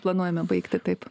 planuojame baigti taip